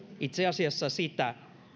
itse asiassa sitä